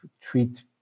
treat